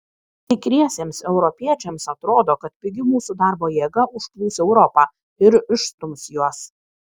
tikriesiems europiečiams atrodo kad pigi mūsų darbo jėga užplūs europą ir išstums juos